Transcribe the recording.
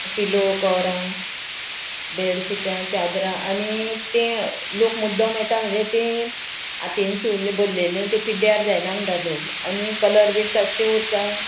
पिलो कवरां बेडशीटां चादरां आनी तें लोक मुद्दोम येता म्हणजे तें हातीन शिवलें भरलेलीं तें पिड्ड्यार जायना म्हणटा लोक आनी कलर बी तशें उरता